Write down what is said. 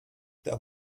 der